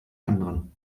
anderen